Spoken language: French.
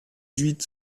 huit